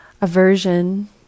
Aversion